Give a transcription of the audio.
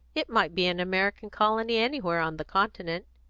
it might be an american colony anywhere on the continent.